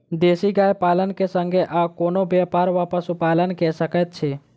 देसी गाय पालन केँ संगे आ कोनों व्यापार वा पशुपालन कऽ सकैत छी?